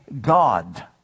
God